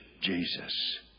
Jesus